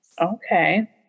Okay